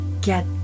get